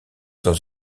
dans